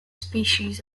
species